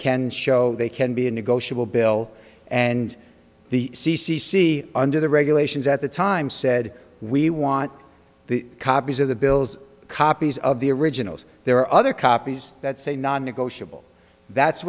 can show they can be a negotiable bill and the c c c under the regulations at the time said we want the copies of the bills copies of the originals there are other copies that say non negotiable that's